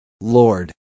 Lord